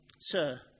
Sir